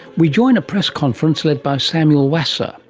we join a press conference led by samuel wasser,